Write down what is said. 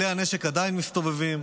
כלי הנשק עדיין מסתובבים,